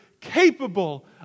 capable